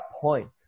point